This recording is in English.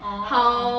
orh